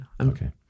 Okay